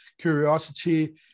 curiosity